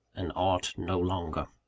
an art no longer.